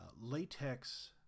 latex